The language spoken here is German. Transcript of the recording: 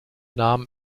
nahm